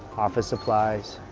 office supplies.